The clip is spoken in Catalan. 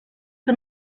que